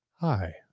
Hi